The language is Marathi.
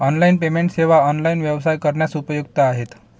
ऑनलाइन पेमेंट सेवा ऑनलाइन व्यवसाय करण्यास उपयुक्त आहेत